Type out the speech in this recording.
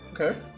Okay